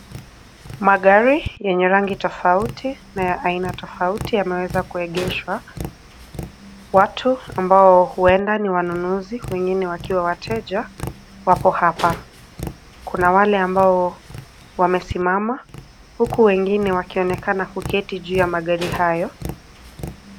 Magari yenye rangi tofauti na ya aina tofauti yameweza kuegeshwa. Watu ambao huenda ni wanunuzi wengine wakiwa wateja wako hapa. Kuna wale ambao wamesimama huku wengine wakionekana kuketi juu ya magari hayo.